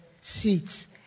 seats